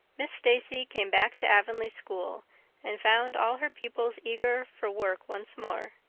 miss stacy came back to avonlea school and found all her pupils eager for work once more.